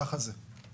ככה זה בטנגו.